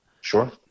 Sure